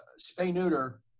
spay-neuter